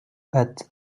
but